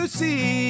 see